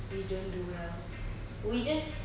we don't do well we just